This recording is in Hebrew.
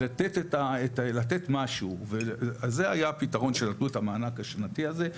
לתת משהו וזה היה הפתרון שנתנו את המענק השנתי הזה,